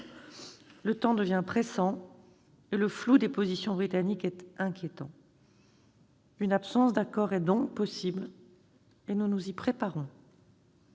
Le temps presse et le flou des positions britanniques est inquiétant. Une absence d'accord est donc possible, nous nous y préparons.